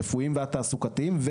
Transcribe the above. הרפואיים והתעסוקתיים,